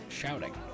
shouting